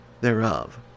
thereof